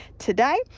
today